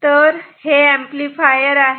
तर हे ऍम्प्लिफायर आहे